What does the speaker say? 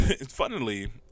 funnily